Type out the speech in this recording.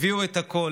הביאו את הכול,